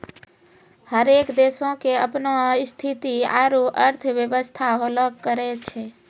हरेक देशो के अपनो स्थिति आरु अर्थव्यवस्था होलो करै छै